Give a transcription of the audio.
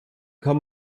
kann